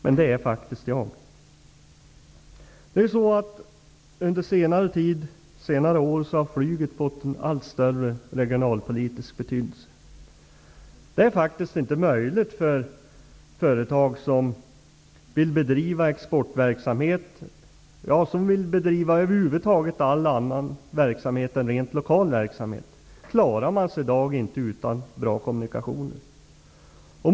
Men det är faktiskt jag. Under senare år har flyget fått en allt större regionalpolitisk betydelse. Företag som vill bedriva exportverksamhet -- eller ens företag som över huvud taget vill bedriva något annat än rent lokal verksamhet -- klarar sig i dag inte utan bra kommunikationer.